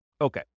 Okay